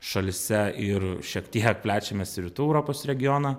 šalyse ir šiek tiek plečiamės į rytų europos regioną